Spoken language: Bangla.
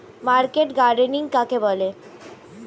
মার্কেট গার্ডেনিং কাকে বলে?